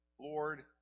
Lord